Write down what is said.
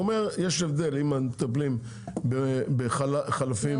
הוא אומר שיש הבדל אם מטפלים בחלפים לא מקוריים לבין מקוריים.